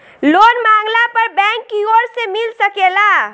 loan मांगला पर bank कियोर से मिल सकेला